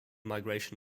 migration